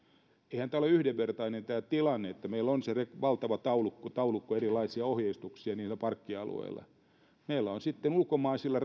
eihän tämä tilanne ole yhdenvertainen että meillä on valtava taulukko taulukko erilaisia ohjeistuksia niillä parkkialueilla meillä on ulkomaisilla